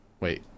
wait